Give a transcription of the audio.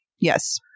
Yes